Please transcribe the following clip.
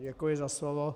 Děkuji za slovo.